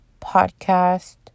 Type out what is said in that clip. podcast